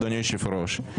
אדוני היושב ראש,